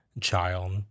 child